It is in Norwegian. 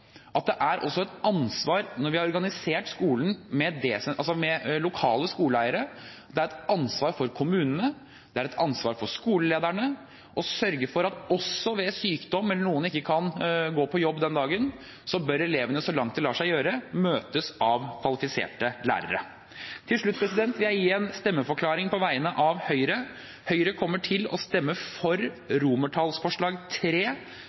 at når man har organisert skolen med lokale skoleeiere, er det et ansvar for kommunen og for skolelederne å sørge for at elevene så langt det lar seg gjøre, møtes av kvalifiserte lærere også ved sykdom eller når noen ikke kan gå på jobb den dagen. Til slutt vil jeg gi en stemmeforklaring på vegne av Høyre. Høyre kommer til å stemme